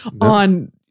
on